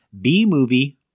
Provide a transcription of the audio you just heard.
B-movie